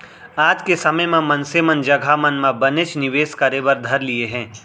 आज के समे म मनसे मन जघा मन म बनेच निवेस करे बर धर लिये हें